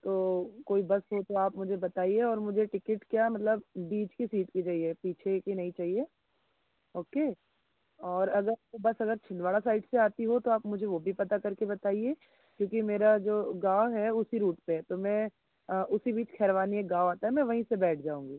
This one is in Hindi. तो कोई बस हो तो आप मुझे बताइए और मुझे टिकेट क्या मतलब बीच की सीट की चाहिए पीछे की नहीं चाहिए ओके और अगर बस अगर छिंदवाड़ा साइड से आती हो तो आप मुझे वह भी पता करके बताइए क्यूँकि मेरा जो गाँव है उसी रूट पर है तो मैं उसी बीच खेरवानी एक गाँव आता है मैं वहीं से बैठ जाऊँगी